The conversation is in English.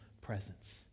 presence